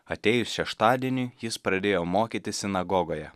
atėjus šeštadieniui jis pradėjo mokyti sinagogoje